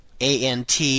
ant